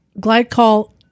glycol